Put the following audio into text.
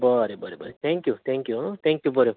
बरें बरें बरें थँक्यू थँक्यू आं थँक्यू बरें बाय